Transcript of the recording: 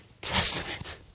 Testament